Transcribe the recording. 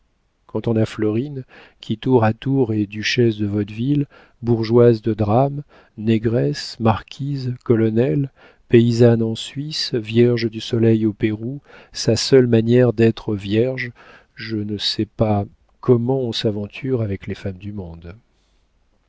quand on a florine qui tour à tour est duchesse de vaudeville bourgeoise de drame négresse marquise colonel paysanne en suisse vierge du soleil au pérou sa seule manière d'être vierge je ne sais pas comment on s'aventure avec les femmes du monde